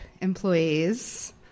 employees